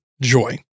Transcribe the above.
joy